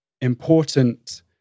important